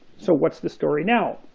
so what's the story now?